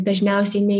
dažniausiai nei